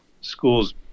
schools